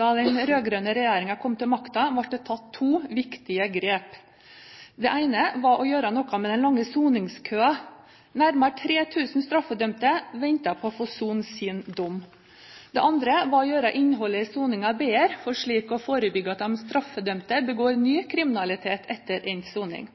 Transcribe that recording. Da den rød-grønne regjeringen kom til makten, ble det tatt to viktige grep. Det ene var å gjøre noe med den lange soningskøen. Nærmere 3 000 straffedømte ventet på å få sone sin dom. Det andre var å gjøre innholdet i soningen bedre for slik å forebygge at de straffedømte begår ny kriminalitet etter endt soning.